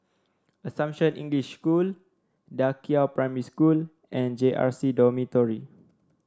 Assumption English School Da Qiao Primary School and J R C Dormitory